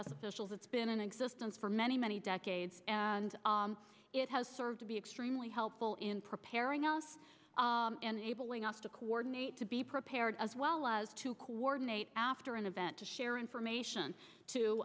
socials it's been in existence for many many decades and it has served to be extremely helpful in preparing us and able enough to coordinate to be prepared as well as to coordinate after an event to share information to